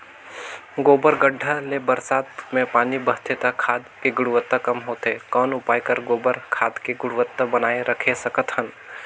गोबर गढ्ढा ले बरसात मे पानी बहथे त खाद के गुणवत्ता कम होथे कौन उपाय कर गोबर खाद के गुणवत्ता बनाय राखे सकत हन?